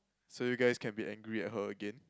so you guys can be angry at her again